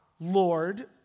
lord